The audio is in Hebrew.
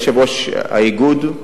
יושב-ראש האיגוד,